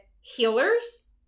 healers